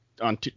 on